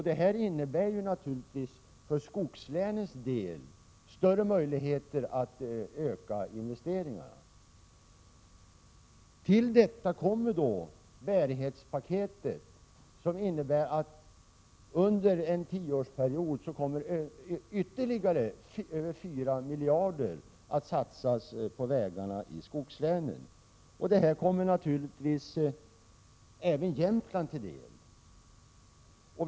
Detta innebär för skogslänens del större möjligheter att öka investeringarna. Till detta kommer bärighetspaketet, som innebär att under en tioårsperiod ytterligare över 4 miljarder kommer att satsas på vägarna i skogslänen. Detta kommer naturligtvis även Jämtland till del.